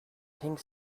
pink